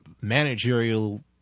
managerial